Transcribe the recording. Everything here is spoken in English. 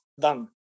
Done